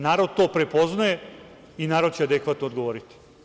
Narod to prepoznaje i narod će adekvatno odgovoriti.